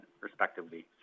respectively